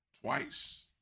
Twice